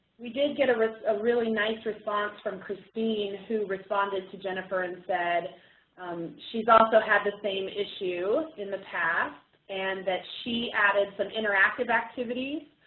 we did get a really really nice response from christine who responded to jennifer. she and said she's also had the same issue in the past and that she added some interactive activities,